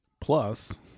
plus